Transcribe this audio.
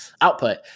output